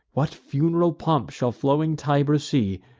what fun'ral pomp shall floating tiber see,